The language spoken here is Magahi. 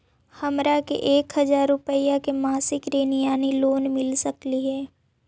हमरा के एक हजार रुपया के मासिक ऋण यानी लोन मिल सकली हे?